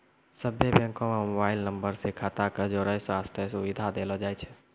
सभ्भे बैंको म मोबाइल नम्बर से खाता क जोड़ै बास्ते सुविधा देलो जाय छै